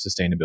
sustainability